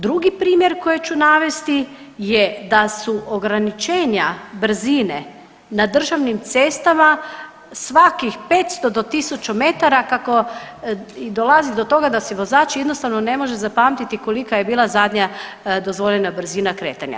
Drugi primjer koji ću navesti je da su ograničenja brzine na državnim cestama svakih 500 do 1000 metara kako i dolazi do toga da si vozač jednostavno ne može zapamtiti kolika je bila zadnja dozvoljena brzina kretanja.